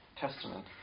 Testament